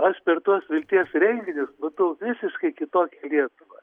aš per tuos vilties renginius matau visiškai kitokią lietuvą